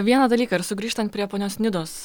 vieną dalyką ir sugrįžtant prie ponios nidos